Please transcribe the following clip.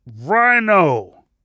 Rhino